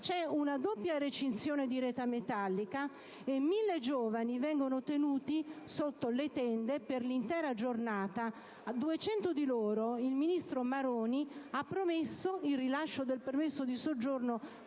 c'è una doppia recinzione di rete metallica, e 1.000 giovani vengono tenuti sotto le tende per l'intera giornata. A 200 di loro il ministro Maroni ha promesso, qui nella nostra